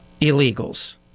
illegals